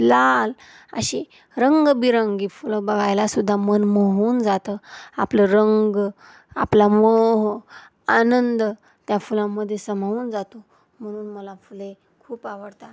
लाल अशी रंगबिरंगी फुलं बघायलासुद्धा मन मोहून जातं आपलं रंग आपला मोह आनंद त्या फुलांमध्ये सामावून जातो म्हणून मला फुले खूप आवडतात